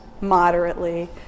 moderately